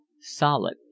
solid